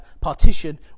partition